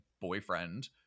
boyfriend